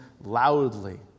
loudly